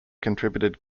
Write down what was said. contributed